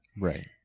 Right